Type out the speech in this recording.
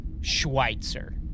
Schweitzer